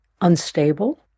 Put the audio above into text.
unstable